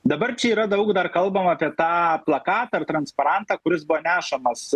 dabar čia yra daug dar kalbama apie tą plakatą ir transparantą kuris buvo nešamas